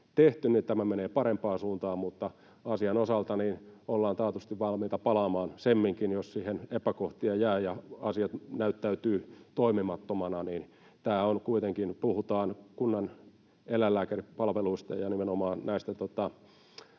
tehty, tämä menee parempaan suuntaan. Mutta asian osalta ollaan taatusti valmiita palaamaan, semminkin jos siihen epäkohtia jää ja asiat näyttäytyvät toimimattomana. Kun kuitenkin puhutaan kunnaneläinlääkäripalveluista ja nimenomaan näistä